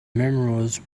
memorize